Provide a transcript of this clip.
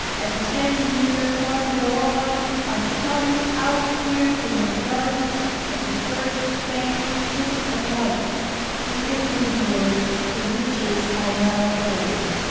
and ten years farther on i've come out here to my garden at the first faint hint of light to inventory the riches i now hold.